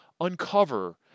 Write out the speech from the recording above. uncover